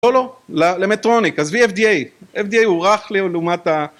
לולו, למטרוניק, עזבי FDA, FDA הוא רך לעומת ה...